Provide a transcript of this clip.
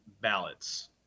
ballots